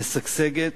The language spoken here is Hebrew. משגשגת,